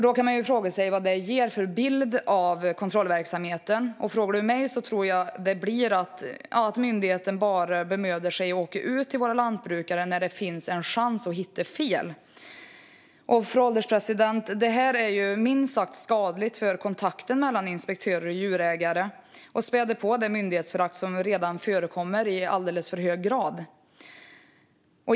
Då kan man fråga vad det ger för bild av kontrollverksamheten. Om ministern frågar mig tror jag att det blir så att myndigheten bemödar sig att åka ut till våra lantbrukare bara när det finns en chans att hitta fel. Fru ålderspresident! Detta är minst sagt skadligt för kontakten mellan inspektörer och djurägare och spär på det myndighetsförakt som redan finns i alldeles för hög grad.